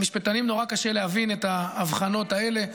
למשפטנים נורא קשה להבין את ההבחנות האלה.